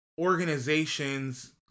organizations